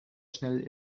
schnell